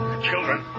Children